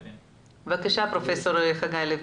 בבקשה, פרופסור חגי לוין.